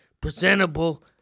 presentable